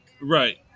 Right